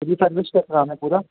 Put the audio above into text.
जी service कब कराना है पूरा